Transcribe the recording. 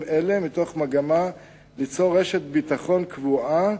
אלה מתוך מגמה ליצור רשת ביטחון קבועה,